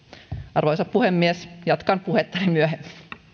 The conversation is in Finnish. arvoisa puhemies jatkan puhettani myöhemmin